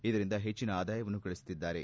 ಇದರಿಂದ ಹೆಚ್ಚನ ಆದಾಯವನ್ನು ಗಳಿಸುತ್ತಿದ್ದಾರೆ